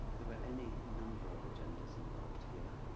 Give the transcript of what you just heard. there were any number of agendas involved here,